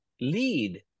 lead